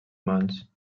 mans